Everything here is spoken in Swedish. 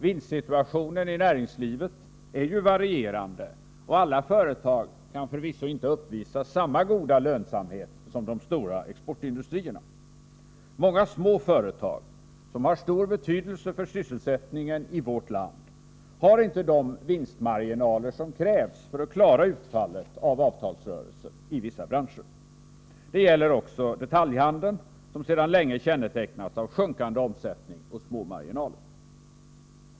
Vinstsituationen i näringslivet är ju varierande, och alla företag kan förvisso inte uppvisa samma goda lönsamhet som de stora exportindustrierna. Många små företag som har stor betydelse för sysselsättningen i vårt land har inte de vinstmarginaler som krävs för att klara utfallet av avtalsrörelsen i vissa branscher. Det gäller också detaljhaneln, som sedan länge har kännetecknats av sjunkande omsättning och små marginaler.